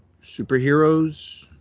superheroes